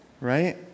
right